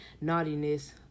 naughtiness